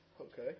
Okay